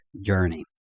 journey